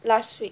last week